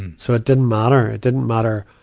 so it didn't matter. it didn't matter,